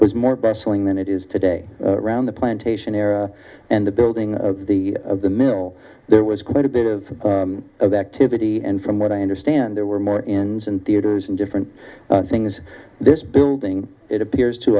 was more bustling than it is today around the plantation era and the building of the of the mill there was quite a bit of activity and from what i understand there were more in theaters and different things this building it appears to